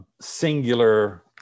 singular